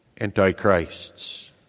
antichrists